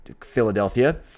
Philadelphia